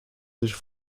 sich